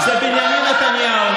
חבר הכנסת.